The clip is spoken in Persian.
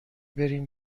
بریم